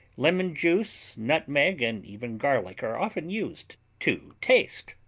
lemon juice, nutmeg and even garlic are often used to taste,